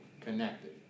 connected